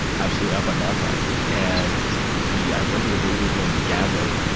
absolutely. out by montauk. and the i remember the waiter's name, gavin.